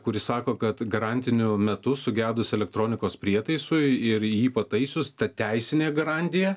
kuri sako kad garantiniu metu sugedus elektronikos prietaisui ir jį pataisius ta teisinė garantija